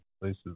places